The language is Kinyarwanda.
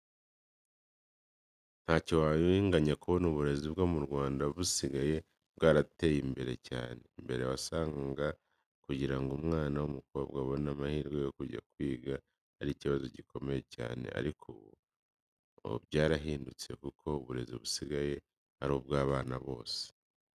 Ntacyo wabinganya kubona uburezi bwo mu Rwanda busigaye bwarateye imbere cyane. Mbere wasanga kugira ngo umwana w'umukobwa abone amahirwe yo kujya kwiga ari ikibazo gikomeye cyane, ariko ubu ngubu byarahindutse kuko uburezi busigaye ari ubw'abana bose.